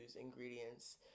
ingredients